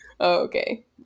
Okay